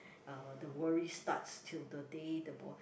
uh the worry starts till the day the boy